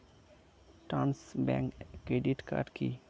Trust bank credit card কি?